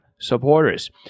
supporters